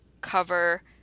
cover